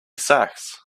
sacks